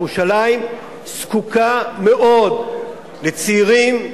ירושלים זקוקה מאוד לצעירים אקדמאים,